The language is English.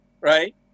Right